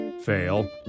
fail